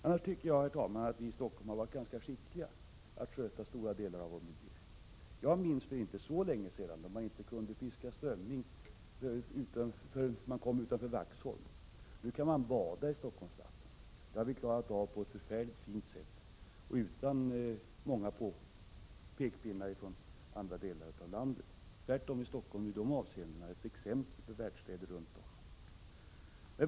Annars tycker jag, herr talman, att vi i Stockholm har varit ganska skickliga att sköta stora delar av vår miljö. Jag minns att man för inte så länge sedan inte kunde fiska strömming förrän man kom utanför Vaxholm. Nu kan man bada i Stockholms vatten. Det har vi klarat av på ett mycket fint sätt och utan många pekpinnar från andra delar av landet. Tvärtom är Stockholm i de avseendena ett exempel för världsstäder runt om.